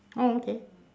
oh okay